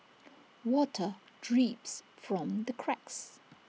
water drips from the cracks